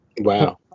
wow